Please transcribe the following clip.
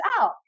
out